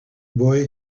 boy